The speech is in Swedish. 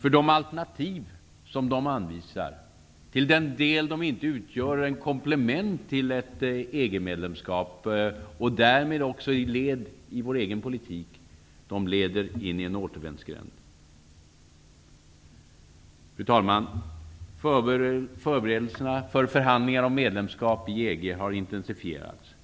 De alternativ som de anvisar, till den del de inte utgör ett komplement till ett EG medlemskap, och därmed ett led i vår egen politik, leder in i en återvändsgränd. Fru talman! Förberedelserna för förhandlingar om medlemskap i EG har intensifierats.